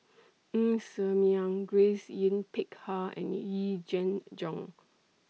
Ng Ser Miang Grace Yin Peck Ha and Yee Jenn Jong